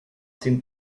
seemed